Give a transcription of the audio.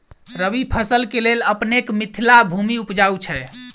रबी फसल केँ लेल अपनेक मिथिला भूमि उपजाउ छै